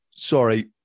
Sorry